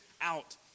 out